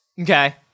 Okay